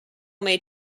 may